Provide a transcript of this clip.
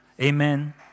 Amen